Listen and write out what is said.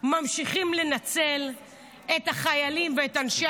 ממשיכים לנצל את החיילים ואת אנשי